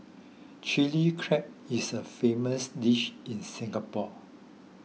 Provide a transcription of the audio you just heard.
Chilli Crab is a famous dish in Singapore